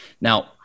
Now